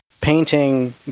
painting